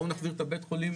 בוא נחזיר את הבית חולים